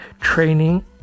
training